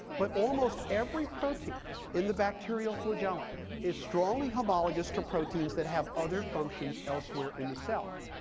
but almost every protein in the bacterial flagellum is strongly homologous to proteins that have other functions elsewhere in the cell.